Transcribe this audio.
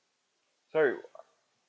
sorry